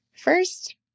First